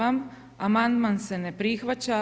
Amandman se ne prihvaća.